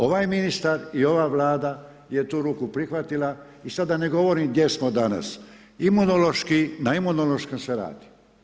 Ovaj ministar i ova vlada je tu ruku prihvatila i sada da ne govorim gdje smo danas, imunološki, na imunološkom se radi.